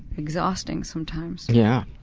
exhausting sometimes. yeah.